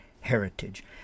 heritage